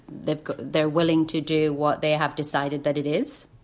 they've they're willing to do what they have decided that it is.